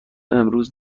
امروز